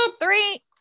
three